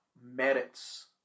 merits